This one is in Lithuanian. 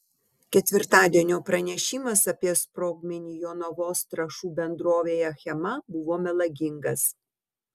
ketvirtadienio pranešimas apie sprogmenį jonavos trąšų bendrovėje achema buvo melagingas